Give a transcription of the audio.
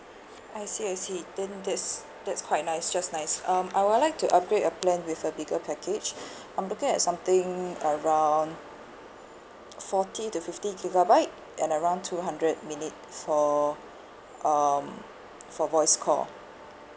I see I see then that's that's quite nice just nice um I would like to upgrade a plan with a bigger package I'm looking at something around forty to fifty gigabyte and around two hundred minute for um for voice call